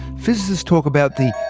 physicists talk about the